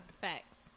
Facts